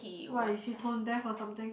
why is he tone deaf or something